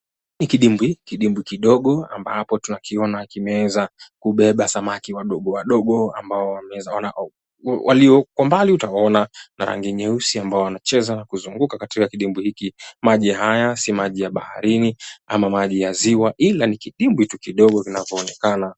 Ni kidimbwi. Kidimbwi kidogo ambapo tunakiona kimeweza kubeba samaki wadogo wadogo ambao walio kwa umbali utawaona na rangi nyeusi ambao wanacheza kuzunguka katika kidimbwi hiki. Maji haya si maji ya baharini ama maji ya ziwa ila ni kidimbwi tu kidogo inavyoonekana.